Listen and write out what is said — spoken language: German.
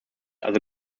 also